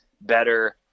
better